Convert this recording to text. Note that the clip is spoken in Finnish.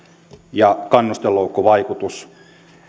ja kannustinloukkuvaikutus